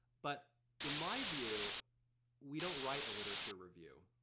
but in my view we don't write a literature review.